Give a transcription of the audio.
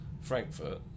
Frankfurt